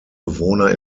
bewohner